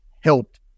helped